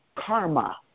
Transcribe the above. Karma